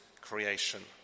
creation